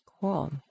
Cool